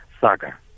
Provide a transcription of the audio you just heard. saga